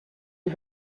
you